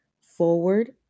forward